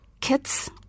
kits